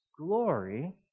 glory